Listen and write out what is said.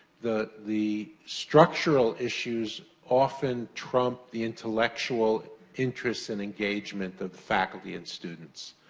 the the structural issues, often trump the intellectual interest and engagement of the faculty and students.